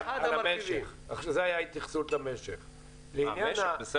--- זו הייתה התייחסות למשך הזמן.